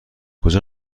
کجا